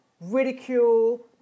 ridicule